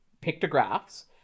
pictographs